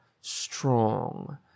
strong